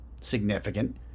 Significant